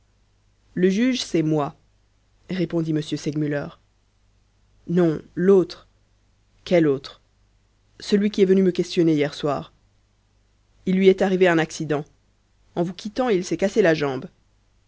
le juge c'est moi répondit m segmuller non l'autre quel autre celui qui est venu me questionner hier soir il lui est arrivé un accident en vous quittant il s'est cassé la jambe